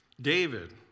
David